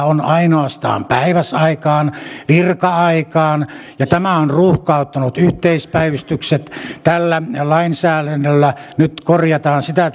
on ainoastaan päiväsaikaan virka aikaan ja tämä on ruuhkauttanut yhteispäivystykset tällä lainsäädännöllä nyt korjataan sitä